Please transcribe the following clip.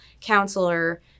counselor